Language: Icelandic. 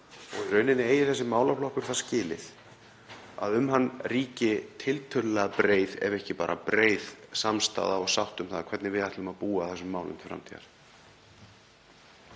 í rauninni eigi þessi málaflokkur það skilið að um hann ríki tiltölulega breið samstaða, ef ekki bara breið samstaða, og sátt um það hvernig við ætlum að búa um þessi mál til framtíðar.